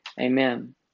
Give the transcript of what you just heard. Amen